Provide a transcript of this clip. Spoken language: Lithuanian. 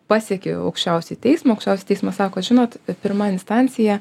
pasieki aukščiausiąjį teismą aukščiausias teismas sako žinot pirma instancija